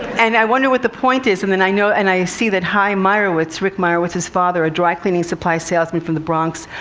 and i wonder what the point is and then i know, and i see that hy meyerowitz, rick meyerowitz's father, a dry-cleaning supply salesman from the bronx,